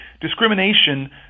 discrimination